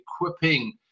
Equipping